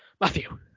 Matthew